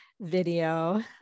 video